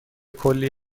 کلی